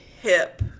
Hip